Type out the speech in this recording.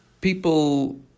people